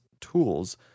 Tools